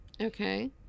Okay